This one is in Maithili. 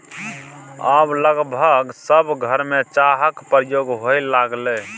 आब लगभग सभ घरमे चाहक प्रयोग होए लागलै